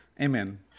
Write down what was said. Amen